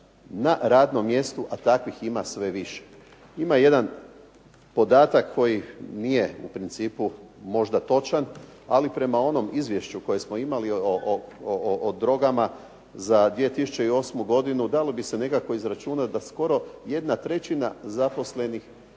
na radnom mjestu, a takvim ima sve više. Ima jedan podatak koji nije u principu možda točan, ali prema onom izvješću koje smo imali o drogama za 2008. godinu dalo bi se nekako izračunati da skoro jedna trećina zaposlenih